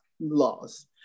Laws